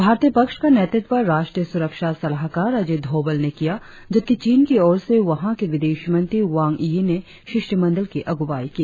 भारतीय पक्ष का नेतृत्व राष्ट्रीय सुरक्षा सलाहकार अजीत डोभाल ने किया जबकि चीन की ओर से वहां के विदेश मंत्री वांग यी ने शिष्ठमंडल की अगुवाई की